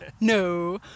no